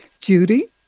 Judy